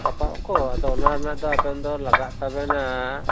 ᱥᱟᱯᱟᱵᱽ ᱠᱚ ᱟᱫᱚ ᱚᱱᱟ ᱨᱮᱱᱟᱜ ᱫᱚ ᱟᱵᱮᱱ ᱫᱚ ᱞᱟᱜᱟᱜ ᱛᱟᱵᱮᱱᱟ